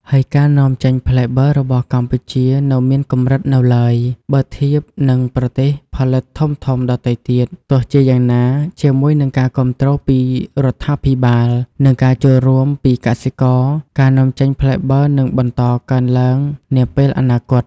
ហើយការនាំចេញផ្លែបឺររបស់កម្ពុជានៅមានកម្រិតនៅឡើយ បើធៀបនឹងប្រទេសផលិតធំៗដទៃទៀត ទោះជាយ៉ាងណា ជាមួយនឹងការគាំទ្រពីរដ្ឋាភិបាល និងការចូលរួមពីកសិករ ការនាំចេញផ្លែបឺរនឹងបន្តកើនឡើងនាពេលអនាគត។